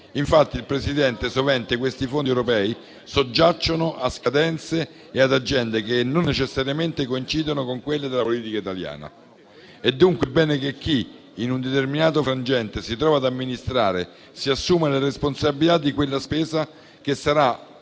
Infatti, Presidente, sovente questi fondi europei soggiacciono a scadenze e ad agende che non necessariamente coincidono con quelle della politica italiana. È dunque bene che chi, in un determinato frangente, si trova ad amministrare si assuma la responsabilità di quella spesa, che sarà